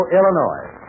Illinois